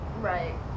right